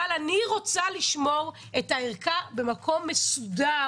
אבל אני רוצה לשמור את הערכה במקום מסודר,